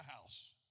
house